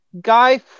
Guy